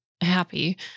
happy